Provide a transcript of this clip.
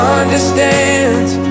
understands